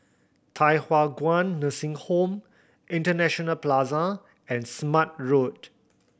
Thye Hua Kwan Nursing Home International Plaza and Smart Road